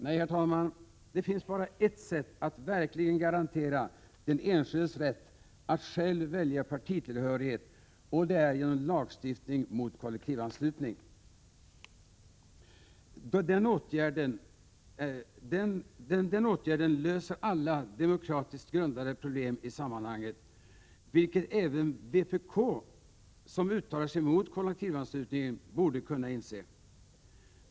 Nej, herr talman, det finns bara ett sätt att verkligen garantera den enskildes rätt att själv välja partitillhörighet, och det är genom lagstiftning mot kollektivanslutning. Den åtgärden löser alla demokratiskt grundade problem i sammanhanget, vilket även vpk, som uttalar sig mot kollektivanslutningen, borde kunna inse.